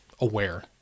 aware